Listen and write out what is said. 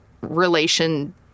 relation